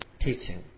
teaching